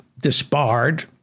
disbarred